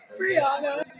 Brianna